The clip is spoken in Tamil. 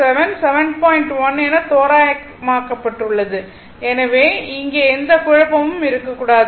07 71 தோரயமாக்கப் பட்டுள்ளது எனவே இங்கே எந்த குழப்பமும் இருக்க கூடாது